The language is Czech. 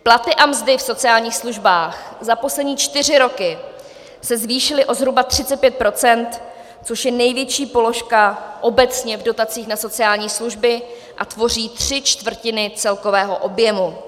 Platy a mzdy v sociálních službách za poslední čtyři roky se zvýšily o zhruba 35 %, což je největší položka obecně v dotacích na sociální služby a tvoří tři čtvrtiny celkového objemu.